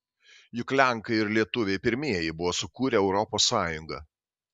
juk lenkai ir lietuviai pirmieji buvo sukūrę europos sąjungą